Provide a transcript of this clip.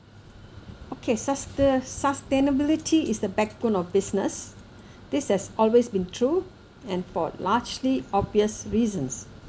okay sustain sustainability is the backbone of business this has always been true and for largely obvious reasons